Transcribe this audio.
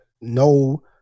no